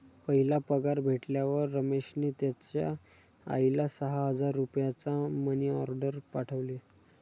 पहिला पगार भेटल्यावर रमेशने त्याचा आईला सहा हजार रुपयांचा मनी ओर्डेर पाठवले